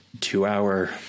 two-hour